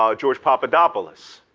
um george papadopoulos.